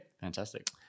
Fantastic